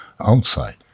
outside